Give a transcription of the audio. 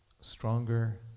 stronger